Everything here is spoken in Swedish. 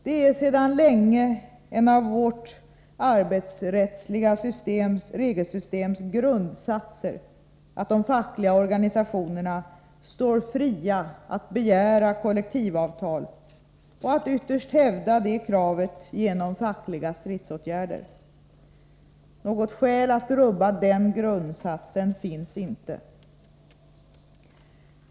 Det är sedan länge en av vårt arbetsrättsliga regelsystems grundsatser att de fackliga organisationerna står fria att begära kollektivavtal och att ytterst hävda det kravet genom fackliga stridsåtgärder. Något skäl att rubba den grundsatsen finns inte.